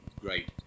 great